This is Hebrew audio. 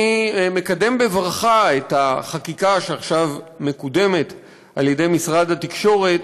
אני מקדם בברכה את החקיקה שעכשיו מקודמת על-ידי משרד התקשורת,